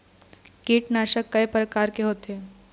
कीटनाशक कय प्रकार के होथे?